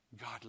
God